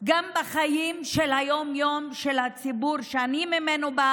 גם בחיי היום-יום של הציבור שאני באה ממנו,